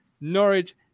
Norwich